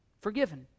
Forgiven